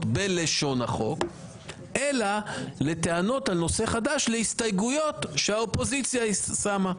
בלשון החוק אלא בטענות על נושא חדש להסתייגויות שהאופוזיציה הניחה.